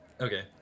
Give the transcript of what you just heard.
okay